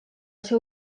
ser